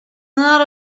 not